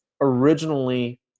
originally